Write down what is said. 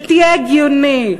שתהיה הגיוני.